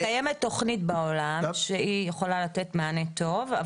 קיימת בעולם תוכנית שיכולה לתת מענה טוב,